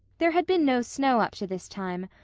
there had been no snow up to this time,